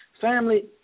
Family